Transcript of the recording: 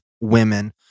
women